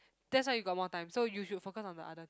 that's why you got more time so you should focus on the other